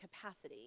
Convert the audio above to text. capacity